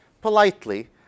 politely